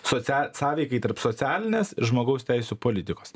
socia sąveikai tarp socialinės ir žmogaus teisių politikos